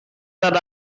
that